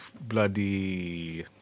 bloody